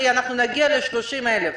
שנגיע ל-30,000.